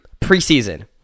preseason